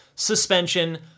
suspension